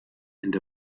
and